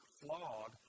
flawed